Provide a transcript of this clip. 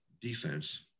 defense